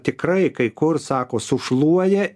tikrai kai kur sako sušluoja